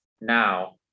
now